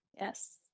Yes